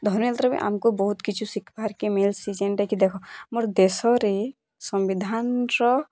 ଧନୁଯାତ୍ରାକେ ଆମକୁ ବହୁତ୍ କିଛି ଶିଖ୍ବାର୍ କି ମିଲ୍ସି ଯେମ୍ତା କି ଦେଖ ମୋର୍ ଦେଶରେ ସମ୍ବିଧାନ୍ର